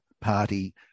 Party